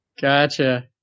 Gotcha